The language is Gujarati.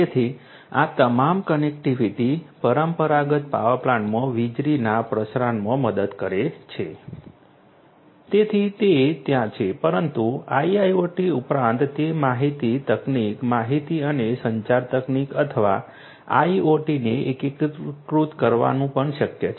તેથી આ તમામ કનેક્ટિવિટી પરંપરાગત પાવર પ્લાન્ટમાં વીજળીના પ્રસારણમાં મદદ કરે છે તેથી તે ત્યાં છે પરંતુ આઇઆઇઓટી ઉપરાંત તે માહિતી તકનીક માહિતી અને સંચાર તકનીક અથવા આઇઓટીને એકીકૃત કરવાનું પણ શક્ય છે